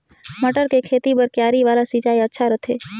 मटर के खेती बर क्यारी वाला सिंचाई अच्छा रथे?